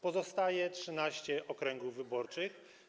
Pozostaje 13 okręgów wyborczych.